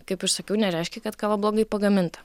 kaip ir sakiau nereiškia kad kava blogai pagaminta